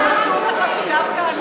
אבל למה חשוב לך שדווקא אנחנו,